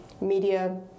media